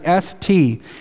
ST